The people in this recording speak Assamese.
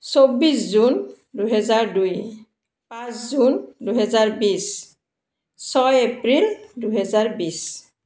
চৌব্বিছ জুন দুহেজাৰ দুই পাঁচ জুন দুহেজাৰ বিছ ছয় এপ্ৰিল দুহেজাৰ বিছ